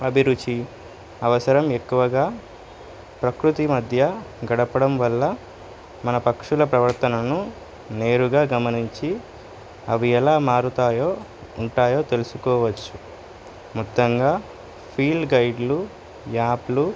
అభిరుచి అవసరం ఎక్కువగా ప్రకృతి మధ్య గడపడం వల్ల మన పక్షుల ప్రవర్తనను నేరుగా గమనించి అవి ఎలా మారుతాయో ఉంటాయో తెలుసుకోవచ్చు మొత్తంగా ఫీల్డ్ గైడ్లు యాప్లు